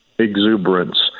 exuberance